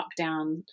lockdown